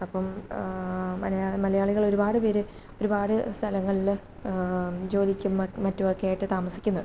അപ്പോള് മലയാ മലയാളികളൊരുപാട് പേര് ഒരുപാട് സ്ഥലങ്ങളില് ജോലിക്കും മറ്റുമൊക്കെ ആയിട്ട് താമസിക്കുന്നുണ്ട്